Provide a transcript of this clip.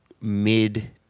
mid